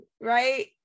right